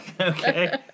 Okay